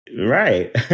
right